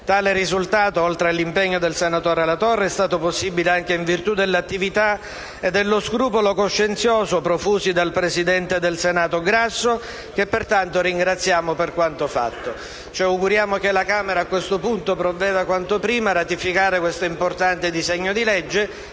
Tale risultato, oltre per l'impegno del senatore Latorre, è stato reso possibile anche in virtù dell'attività e dello scrupolo coscienzioso profusi dal Presidente del Senato, che ringraziamo per quanto fatto. Ci auguriamo, pertanto, che la Camera dei deputati provveda quanto prima a ratificare l'importante disegno di legge